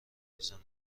میزان